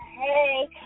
hey